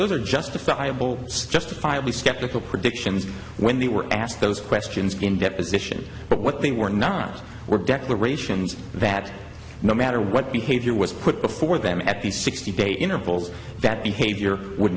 those are justifiable justifiably skeptical predictions when they were asked those questions in deposition but what they were not were declarations that no matter what behavior was put before them at the sixty day intervals that behavior would